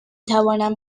توانم